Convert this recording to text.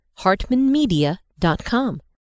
hartmanmedia.com